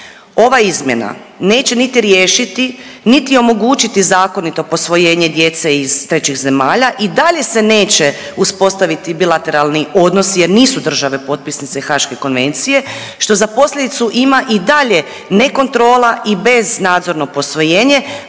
Ove izmjena neće niti riješiti, niti omogućiti zakonito posvojenje djece iz trećih zemalja i dalje se neće uspostaviti bilateralni odnosi jer nisu države potpisnice Haške konvencije što za posljedicu ima i dalje ne kontrola i bez nadzorno posvojenje,